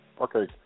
Okay